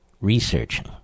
researching